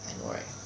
I know right